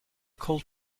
cold